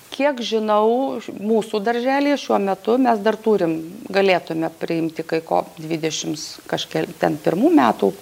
kiek žinau ž mūsų darželyje šiuo metu mes dar turim galėtume priimti kai ko dvidešims kažkel ten pirmų metų